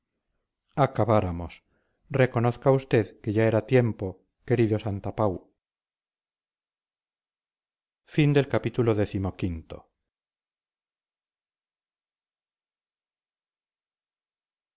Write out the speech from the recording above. acabáramos reconozca usted que ya era tiempo querido santapau